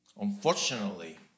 unfortunately